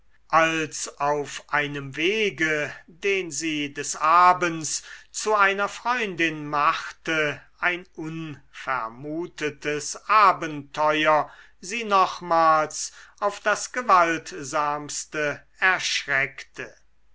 als auf einem wege den sie des abends zu einer freundin machte ein unvermutetes abenteuer sie nochmals auf das gewaltsamste erschreckte